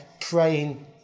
praying